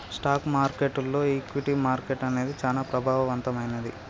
stock మార్కెట్టులో equity market అనేది చానా ప్రభావవంతమైంది